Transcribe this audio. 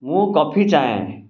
ମୁଁ କଫି ଚାହେଁ